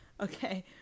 Okay